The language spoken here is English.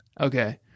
Okay